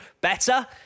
better